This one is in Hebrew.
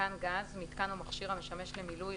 "מיתקן גז" מיתקן או מכשיר המשמש למילוי,